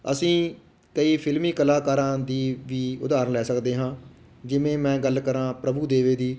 ਅਸੀਂ ਕਈ ਫਿਲਮੀ ਕਲਾਕਾਰਾਂ ਦੀ ਵੀ ਉਦਾਹਰਨ ਲੈ ਸਕਦੇ ਹਾਂ ਜਿਵੇਂ ਮੈਂ ਗੱਲ ਕਰਾਂ ਪ੍ਰਭੂ ਦੇਵੇ ਦੀ